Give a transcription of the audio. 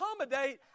accommodate